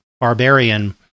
Barbarian